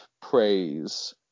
praise